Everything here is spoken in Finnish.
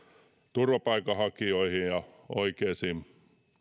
turvapaikanhakijoihin ja oikeisiin